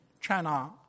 China